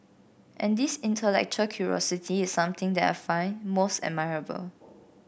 and this intellectual curiosity is something that I find most admirable